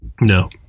No